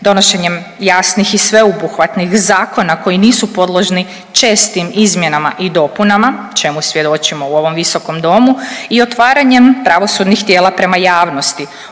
donošenjem jasnih i sveobuhvatnih zakona koji nisu podložni čestim izmjenama i dopunama čemu svjedočimo u ovom Visokom domu i otvaranjem pravosudnih tijela prema javnosti